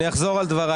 אני אחזור על דבריי.